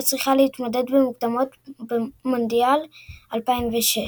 הייתה צריכה להתמודד במוקדמות מונדיאל 2006.